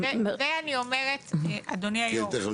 את עוד